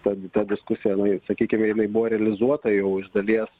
ta ta diskusija na sakykim jinai buvo realizuota jau iš dalies